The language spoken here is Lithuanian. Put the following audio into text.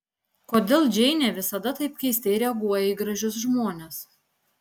kodėl džeinė visada taip keistai reaguoja į gražius žmones